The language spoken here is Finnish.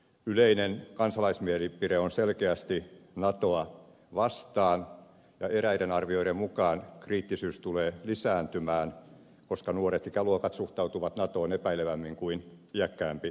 yleinen kansalaismielipide on selkeästi natoa vastaan ja eräiden arvioiden mukaan kriittisyys tulee lisääntymään koska nuoret ikäluokat suhtautuvat natoon epäilevämmin kuin iäkkäämpi väestö